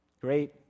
Great